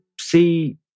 see